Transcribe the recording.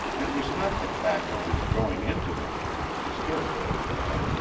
it was not the fact of his going into them which disturbed patrasche